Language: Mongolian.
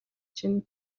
чинь